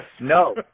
No